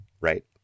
right